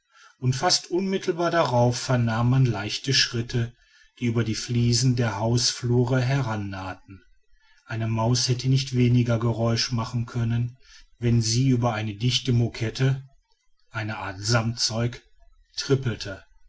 und fast unmittelbar darauf vernahm man leichte schritte die über die fliesen der hausflur herannahten eine maus hätte nicht weniger geräusch machen können wenn sie über eine dichte mokette trippelte